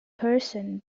person